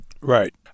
Right